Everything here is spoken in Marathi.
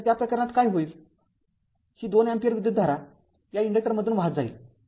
तर त्या प्रकरणात काय होईल ही २ अँपिअर विद्युतधारा या इन्डक्टर मधून वाहत जाईल